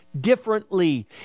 differently